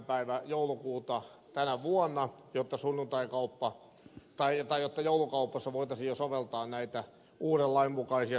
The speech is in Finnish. päivä joulukuuta tänä vuonna jotta joulukaupassa voitaisiin jo soveltaa näitä uuden lain mukaisia säännöksiä